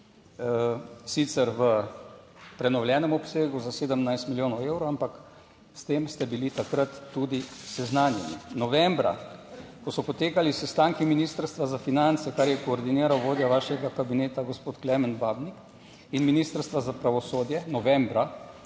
sicer v prenovljenem obsegu za 17 milijonov evrov, ampak s tem ste bili takrat tudi seznanjeni. Novembra, ko so potekali sestanki Ministrstva za finance, kar je koordiniral vodja vašega kabineta, gospod Klemen Babnik in Ministrstva za pravosodje, novembra,